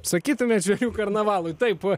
sakytumėt žvėrių karnavalui taip